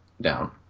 down